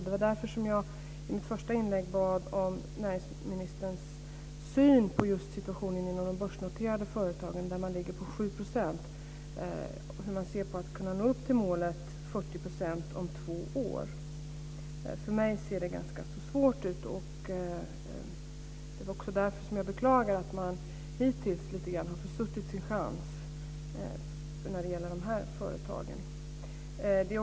Det var därför som jag i mitt första inlägg bad om näringsministerns syn på situationen inom de börsnoterade företagen där man ligger på 7 %. Hur ser näringsministern på möjligheten att nå upp till målet på 40 % om två år? För mig ser det ganska svårt ut. Det var också därför som jag beklagade att man hittills har försuttit sin chans lite grann när det gäller de här företagen.